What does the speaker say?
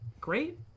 great